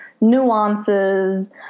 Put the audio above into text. nuances